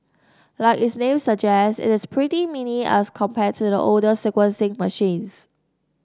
like its name suggests it is pretty mini as compared to the older sequencing machines